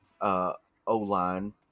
O-line